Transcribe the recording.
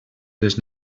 les